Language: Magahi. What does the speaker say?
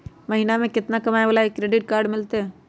महीना में केतना कमाय वाला के क्रेडिट कार्ड मिलतै?